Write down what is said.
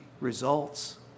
results